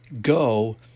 go